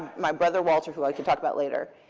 my brother, walter, who i can talk about later.